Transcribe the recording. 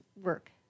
work